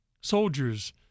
Soldiers